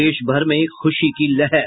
देशभर में खुशी की लहर